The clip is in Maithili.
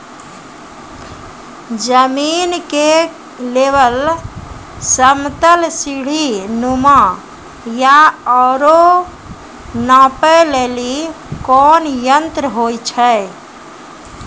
जमीन के लेवल समतल सीढी नुमा या औरो नापै लेली कोन यंत्र होय छै?